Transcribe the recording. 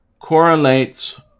correlates